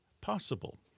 possible